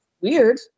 weird